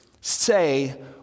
say